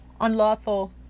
unlawful